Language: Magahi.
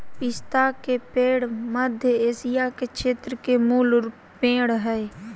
पिस्ता के पेड़ मध्य एशिया के क्षेत्र के मूल पेड़ हइ